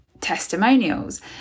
testimonials